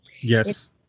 Yes